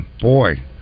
boy